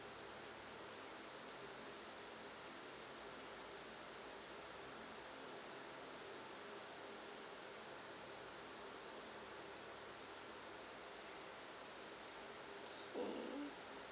okay